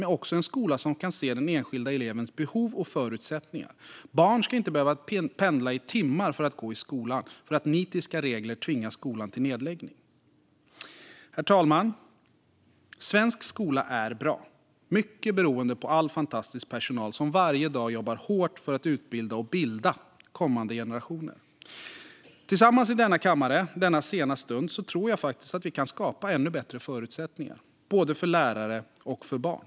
Men vi ska också ha en skola som kan se den enskilda elevens behov och förutsättningar. Barn ska inte behöva pendla i timmar för att gå i skolan för att nitiska regler tvingar skolan till nedläggning. Herr talman! Svensk skola är bra. Det är mycket beroende på all fantastisk personal som varje dag jobbar hårt för att utbilda och bilda kommande generationer. Tillsammans i denna kammare i denna sena stund tror jag faktiskt att vi kan skapa ännu bättre förutsättningar både för lärare och för barn.